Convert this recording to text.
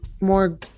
more